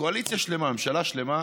ממשלה שלמה,